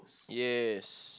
yes